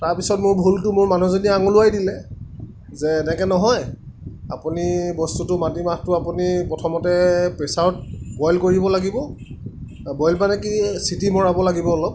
তাৰপিছত মোৰ ভুলটো মোৰ মানুহজনীয়ে আঙুলিৱাই দিলে যে এনেকৈ নহয় আপুনি বস্তুটো মাটিমাহটো আপুনি প্ৰথমতে প্ৰেচাৰত বইল কৰিব লাগিব বইল মানে কি চিটি মৰাব লাগিব অলপ